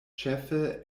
ĉefe